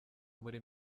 muri